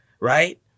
right